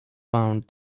found